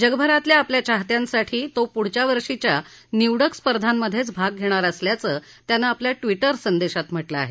जगभरातल्या आपल्या चाहत्यांसाठी तो पुढच्या वर्षीच्या निवडक स्पर्धातच भाग घेणार असल्याचं त्यानं आपल्या मिउं संदेशात म्हा कें आहे